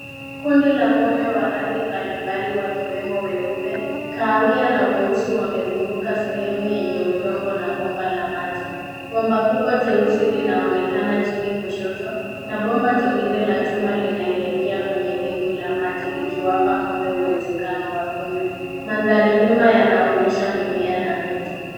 Kundi la ng'ombe wa rangi mbalimbali wakiwemo weupe, kahawia na weusi wamezunguka sehemu yenye udongo na bomba la maji. Bomba kubwa jeusi linaonekana chini kushoto na bomba jingine la chuma linaelekea kwenye dimbwi la maji likiwapa ng'ombe uwezekano wa kunywa. Mandhari nyuma yanaonyesha mimea na miti.